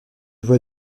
voie